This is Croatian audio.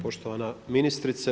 Poštovana ministrice.